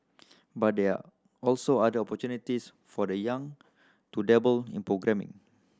but there are also other opportunities for the young to dabble in programming